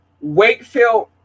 Wakefield